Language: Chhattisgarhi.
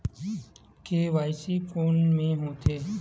के.वाई.सी कोन में होथे?